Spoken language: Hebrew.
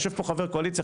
יושב פה חבר קואליציה,